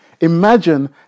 Imagine